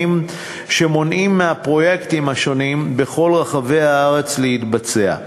שמונעים מהפרויקטים השונים בכל רחבי הארץ להתבצע.